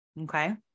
Okay